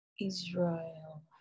Israel